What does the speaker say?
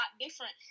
different